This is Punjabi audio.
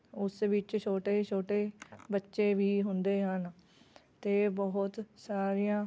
ਉਸ ਵਿੱਚ ਛੋਟੇ ਛੋਟੇ ਬੱਚੇ ਵੀ ਹੁੰਦੇ ਹਨ ਅਤੇ ਬਹੁਤ ਸਾਰੀਆਂ